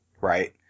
Right